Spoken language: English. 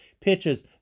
pitches